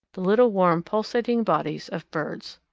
the little warm, pulsating bodies of birds.